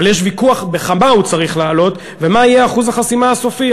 אבל יש ויכוח בכמה הוא צריך לעלות ומה יהיה אחוז החסימה הסופי.